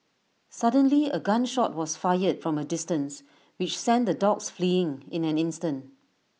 suddenly A gun shot was fired from A distance which sent the dogs fleeing in an instant